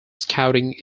scouting